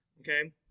okay